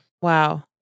Wow